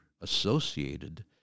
associated